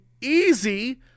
easy